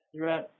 throughout